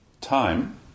Time